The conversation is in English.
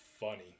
funny